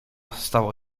stało